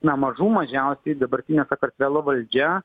na mažų mažiausiai dabartinė sakartvelo valdžia